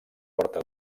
porta